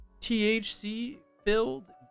THC-filled